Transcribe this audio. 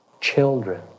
children